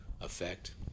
effect